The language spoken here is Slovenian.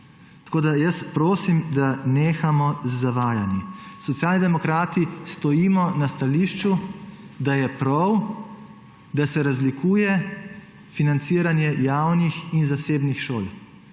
Tako da jaz prosim, da nehamo z zavajanji. Socialni demokrati stojimo na stališču, da je prav, da se razlikuje financiranje javnih in zasebnih šol